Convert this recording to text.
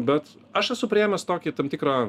bet aš esu priėmęs tokį tam tikrą